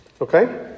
Okay